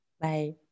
Bye